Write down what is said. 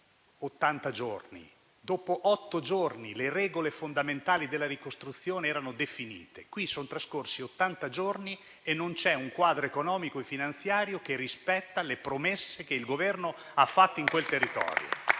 giorni: dopo otto giorni le regole fondamentali della ricostruzione erano definite. In questo caso sono trascorsi ottanta giorni e non c'è un quadro economico e finanziario che rispetta le promesse che il Governo ha fatto in quel territorio.